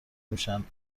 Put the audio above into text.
میشن